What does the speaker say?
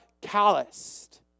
calloused